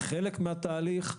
חלק מן התהליך.